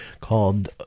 called